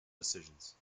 decisions